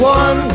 one